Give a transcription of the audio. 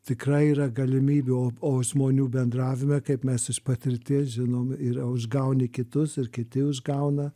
tikrai yra galimybių o o žmonių bendravime kaip mes iš patirties žinom yra užgauni kitus ir kiti užgauna